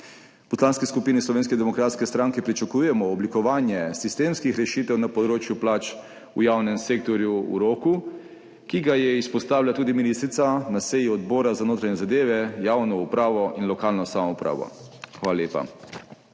V Poslanski skupini Slovenske demokratske stranke pričakujemo oblikovanje sistemskih rešitev na področju plač v javnem sektorju v roku, ki ga je izpostavila tudi ministrica na seji Odbora za notranje zadeve, javno upravo in lokalno samoupravo. Hvala lepa.